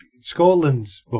Scotland's